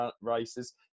races